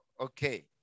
Okay